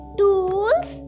tools